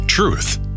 Truth